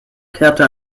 kehrte